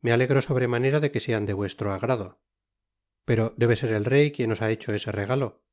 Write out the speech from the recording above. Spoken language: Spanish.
me alegro sobremanera de que sean de vuestro agrado pero debe ser el rey quien os ha hecho ese regalo